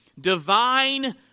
Divine